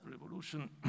revolution